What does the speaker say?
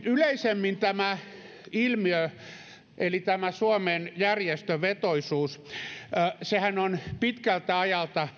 yleisemminhän tämä ilmiö eli tämä suomen järjestövetoisuus on perua pitkältä ajalta